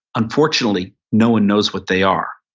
unfortunately, no one knows what they are.